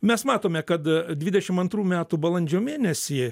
mes matome kada dvidešim antrų metų balandžio mėnesį